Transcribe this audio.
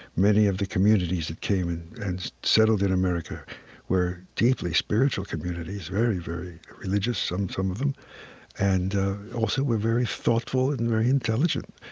many of the communities that came and settled in america were deeply spiritual communities very, very religious, some some of them and also were very thoughtful and and very intelligent.